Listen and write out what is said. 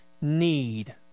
need